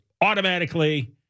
automatically